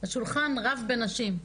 השולחן רב בנשים.